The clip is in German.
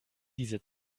diese